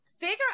Figure